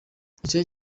igice